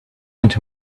into